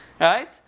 Right